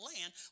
land